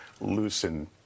loosen